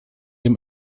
dem